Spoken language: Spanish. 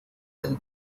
del